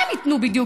מה הם ייתנו בדיוק?